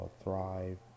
thrive